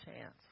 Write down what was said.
chance